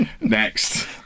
Next